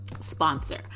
Sponsor